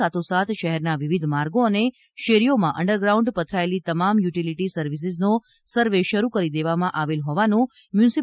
સાથોસાથ શહેરના વિવિધ માર્ગો અને શેરીઓમાં અન્ડરગ્રાઉન્ડ પથરાયેલી તમામ યુટિલિટી સર્વિસીઝનો સર્વે શરૂ કરી દેવામાં આવેલ હોવાનું મ્યુનિ